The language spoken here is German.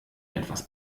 etwas